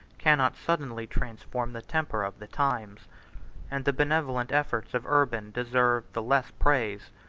cannot suddenly transform the temper of the times and the benevolent efforts of urban deserve the less praise,